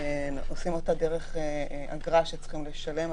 שעושים אותה דרך אגרה שצריך לשלם,